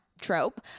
trope